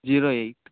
zero eight